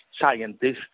scientists